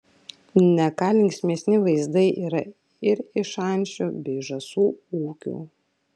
ne ką linksmesni vaizdai yra ir iš ančių bei žąsų ūkių